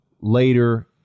later